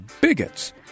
bigots